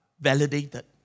validated